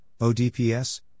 ODPS